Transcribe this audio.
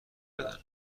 بدن